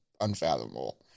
unfathomable